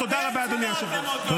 אתם שחררתם אותו.